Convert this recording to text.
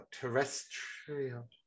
terrestrial